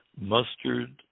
mustard